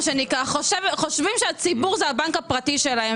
הם חושבים שהציבור זה הבנק הפרטי שלהם,